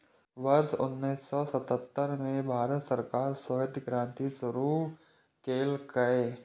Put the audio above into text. वर्ष उन्नेस सय सत्तर मे भारत सरकार श्वेत क्रांति शुरू केलकै